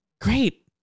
Great